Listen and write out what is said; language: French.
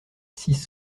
six